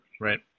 right